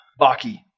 Baki